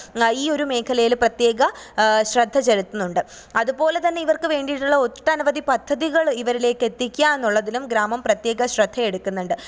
ഈ ഒരു മേഖലയിൽ പ്രത്യേക ശ്രദ്ധ ചെലുത്തുന്നുണ്ട് അതുപോലെ തന്നെ ഇവര്ക്ക് വേണ്ടീട്ടുള്ള ഒട്ടനവധി പദ്ധതികൾ ഇവരിലേക്ക് എത്തിക്കുക എന്നുള്ളതിലും ഗ്രാമം പ്രത്യേക ശ്രദ്ധയെടുക്കുന്നുണ്ട്